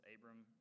Abram